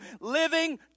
living